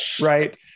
right